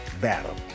battle